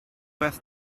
beth